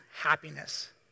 happiness